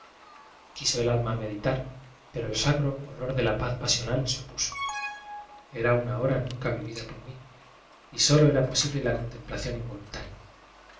quiso el alma meditar pero el sacro horror de la paz pasional se opuso era una hora nunca vivida por mí y solo era posible la contemplación invo